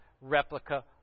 replica